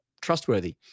trustworthy